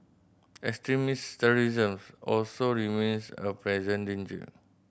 extremist terrorism also remains a present danger